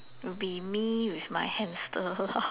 oh will be me with my hamster lor